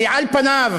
כי על פניו,